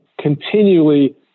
continually